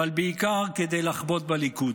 אבל בעיקר כדי לחבוט בליכוד.